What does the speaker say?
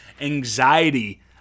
anxiety